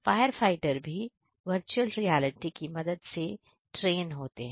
fire fighter भी virtual reality के मदद से ट्रेन होते हैं